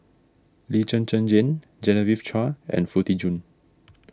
Lee Zhen Zhen Jane Genevieve Chua and Foo Tee Jun